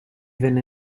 venne